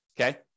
Okay